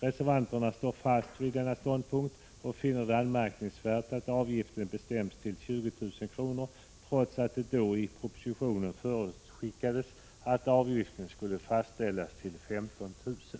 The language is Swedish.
Reservanterna står fast vid denna ståndpunkt och finner det anmärkningsvärt att avgiften bestämts till 20 000 kr., trots att det i den då aktuella propositionen förutskickades att avgiften skulle fastställas till 15 000 kr.